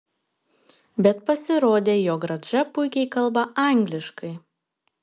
bet pasirodė jog radža puikiai kalba angliškai